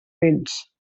béns